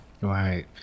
Right